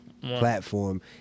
platform